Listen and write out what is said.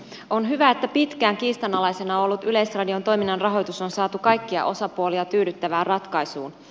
on hyvä että pitkään kiistanalaisena ollut yleisradion toiminnan rahoitus on saatu kaikkia osapuolia tyydyttävään ratkaisuun